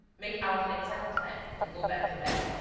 make out an exact plan and go back to bed.